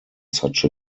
such